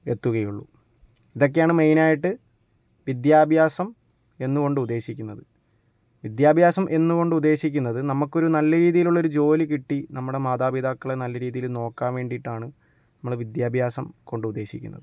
എത്തുകയുള്ളൂ ഇതൊക്കെയാണ് മെയിനായിട്ട് വിദ്യാഭ്യാസം എന്നു കൊണ്ട് ഉദ്ദേശിക്കുന്നത് വിദ്യാഭ്യാസം എന്ന് കൊണ്ട് ഉദ്ദേശിക്കുന്നത് നമ്മക്കൊരു നല്ല രീതിയിലുള്ളൊരു ജോലി കിട്ടി നമ്മുടെ മാതാപിതാക്കളെ നല്ല രീതിയില് നോക്കാൻ വേണ്ടിയിട്ടാണ് നമ്മളുടെ വിദ്യാഭ്യാസം കൊണ്ട് ഉദ്ദേശിക്കുന്നത്